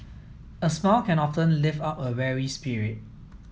a smile can often lift up a weary spirit